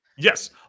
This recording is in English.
Yes